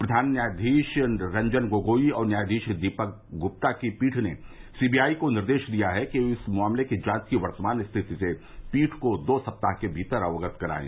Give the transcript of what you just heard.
प्रधान न्यायाधीश रंजन गोगोई और न्यायाधीश दीपक गुप्ता की पीठ ने सीबीआई को निर्देश दिया है कि ये इस मामले में जांच की वर्तमान स्थिति से पीढ को दो सप्ताह के भीतर अवगत कराएं